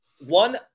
one –